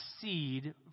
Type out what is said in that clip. seed